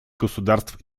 государств